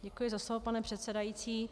Děkuji za slovo, pane předsedající.